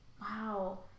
Wow